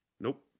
Nope